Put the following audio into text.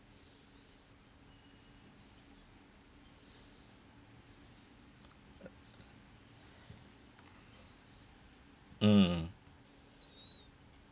mm